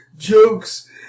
jokes